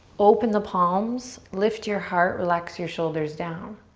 open the palms, lift your heart, relax your shoulders down.